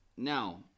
Now